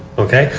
okay.